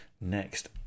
next